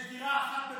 יש דירה אחת בביתר,